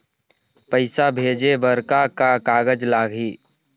पैसा भेजे बर का का कागज लगही?